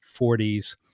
40s